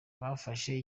bafashe